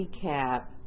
cap